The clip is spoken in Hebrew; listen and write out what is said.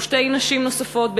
ושתי נשים נוספות,